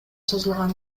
созулган